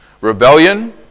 Rebellion